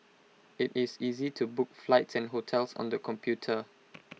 IT is easy to book flights and hotels on the computer